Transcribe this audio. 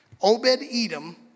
Obed-Edom